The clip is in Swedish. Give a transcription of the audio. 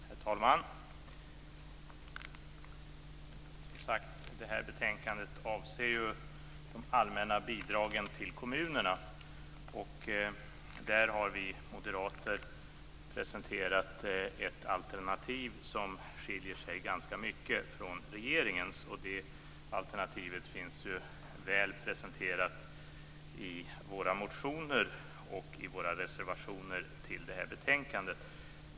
Herr talman! Betänkandet avser de allmänna bidragen till kommunerna. Där har vi moderater presenterat ett alternativ som skiljer sig ganska mycket från regeringens. Det alternativet finns väl presenterat i våra motioner och i våra reservationer som är fogade till betänkandet.